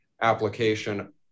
application